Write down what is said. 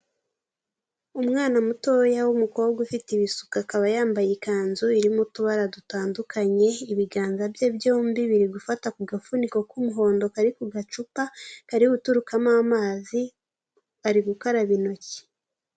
Umwana mutoya w'umukobwa ufite ibisuka akaba yambaye ikanzu irimo utubara dutandukanye ibiganza bye byombi biri gufata ku gafuniko k'umuhondo kari ku gacupa kari guturukamo amazi ,ari gukaraba intoki.